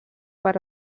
per